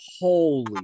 holy